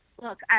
look